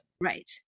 Right